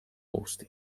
guzti